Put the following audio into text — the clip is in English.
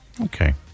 Okay